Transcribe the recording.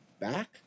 back